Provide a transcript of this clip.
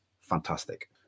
fantastic